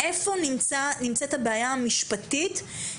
איפה נמצאת הבעיה המשפטית?